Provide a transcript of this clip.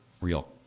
real